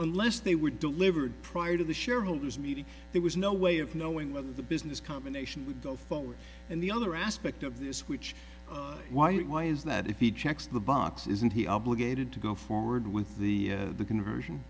list they were delivered prior to the shareholders meeting there was no way of knowing whether the business combination would go forward and the other aspect of this which why it why is that if he checks the box isn't he obligated to go forward with the conversion